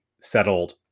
settled